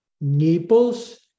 Naples